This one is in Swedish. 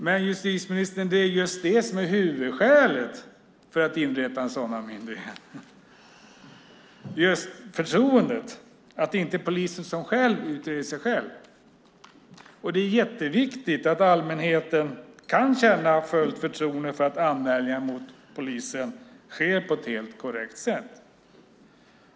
Men, justitieministern, det som är huvudskälet för att inrätta en sådan myndighet är förtroendet för att det inte är poliser som utreder sig själva. Det är jätteviktigt att allmänheten kan känna fullt förtroende för att anmälningar mot poliser behandlas på ett helt korrekt sätt.